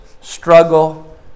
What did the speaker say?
struggle